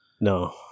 No